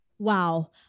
Wow